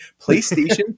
PlayStation